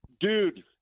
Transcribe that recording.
dude